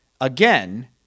again